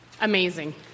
Amazing